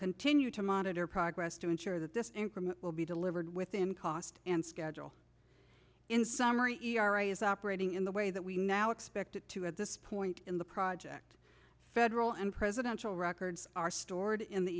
continue to monitor progress to ensure that this increment will be delivered within cost and schedule in summary e r o i is operating in the way that we now expect it to at this point in the project federal and presidential records are stored in the